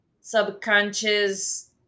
subconscious